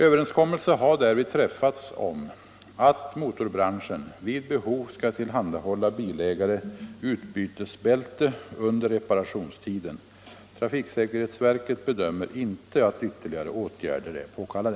Överenskommelse har därvid träffats om att motorbranschen vid behov skall tillhandahålla bilägare utbytesbälte under reparationstiden. Trafiksäkerhetsverket bedömer inte att ytterligare åtgärder är påkallade.